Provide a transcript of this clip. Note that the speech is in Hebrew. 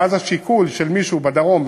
ואז השיקול של מישהו בדרום,